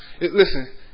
Listen